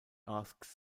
asked